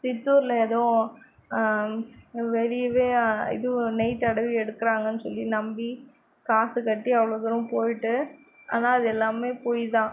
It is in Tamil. சித்தூரில் எதுவும் வெளியவே இது நெய் தடவி எடுக்கிறாங்கனு சொல்லி நம்பி காசு கட்டி அவ்வளோ தூரம் போய்ட்டு ஆனால் அதெல்லாம் பொய் தான்